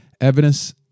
evidence